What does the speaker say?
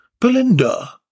Belinda